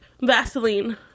vaseline